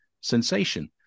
sensation